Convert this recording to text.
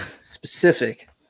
Specific